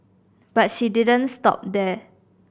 but she didn't stop there